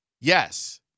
Yes